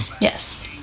Yes